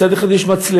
מצד אחד יש מצלמות,